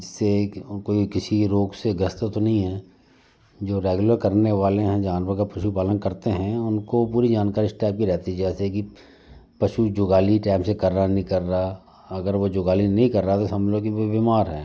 जिससे कि कोई किसी रोग से ग्रस्त तो नहीं है जो रेगुलर करने वाले हैं जानवर का पशु पालन करते हैं उनको पूरी जानकारी इस टाइप की रहती है जैसे कि पशु जुगाली टाइम से कर रहा नहीं कर रहा अगर वो जुगाली नहीं कर रहा तो समझ लो कि वो बीमार है